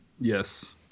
Yes